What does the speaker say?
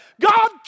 God